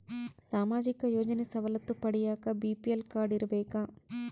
ಸಾಮಾಜಿಕ ಯೋಜನೆ ಸವಲತ್ತು ಪಡಿಯಾಕ ಬಿ.ಪಿ.ಎಲ್ ಕಾಡ್೯ ಇರಬೇಕಾ?